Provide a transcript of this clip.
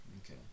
Okay